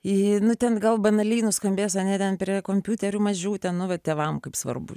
į nu ten gal banaliai nuskambės ne vien prie kompiuterių mažytė na va tėvams kaip svarbu